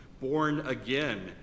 born-again